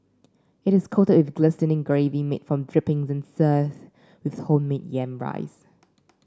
it is coated with glistening gravy made from drippings and served with homemade yam rice